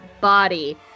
body